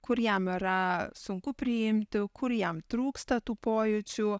kur jam yra sunku priimti kur jam trūksta tų pojūčių